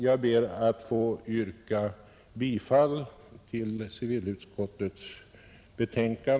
Jag ber att få yrka bifall till civilutskottets hemställan.